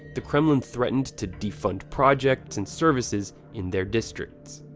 the kremlin threatened to defund projects and services in their districts.